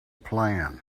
plan